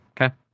Okay